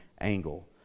angle